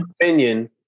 opinion